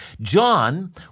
John